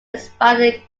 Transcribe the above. expanded